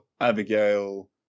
Abigail